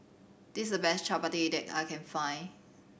this is a best Chapati that I can find